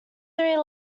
three